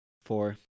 Four